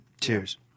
cheers